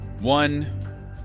One